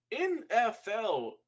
NFL